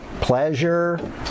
pleasure